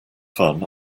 fun